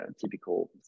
typical